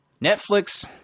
Netflix